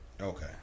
Okay